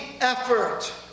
effort